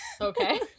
okay